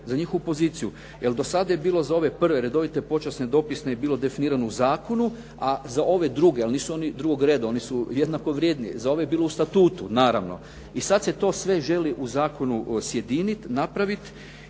za njihovu poziciju jer do sada je bilo za ove prve redovite, počasne, dopisne je bilo definirano u zakonu, a za ove druge, jer nisu oni drugog reda, oni su jednako vrijedni. Za ove je bilo u statutu naravno. I sad se to sve želi u zakonu sjediniti, napraviti